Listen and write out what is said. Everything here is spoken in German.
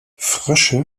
frösche